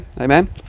amen